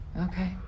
Okay